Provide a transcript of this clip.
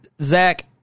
Zach